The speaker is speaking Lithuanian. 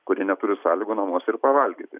kurie neturi sąlygų namuose ir pavalgyti